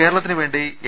കേരളത്തിനുവേണ്ടി A